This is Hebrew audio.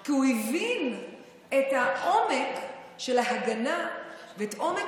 כי הוא הבין את העומק של ההגנה ואת עומק